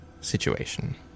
situation